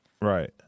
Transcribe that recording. right